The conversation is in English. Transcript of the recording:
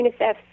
UNICEF